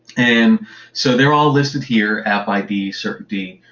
and so they're all listed here, app id, certainty,